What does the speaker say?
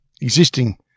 existing